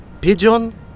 pigeon